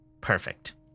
perfect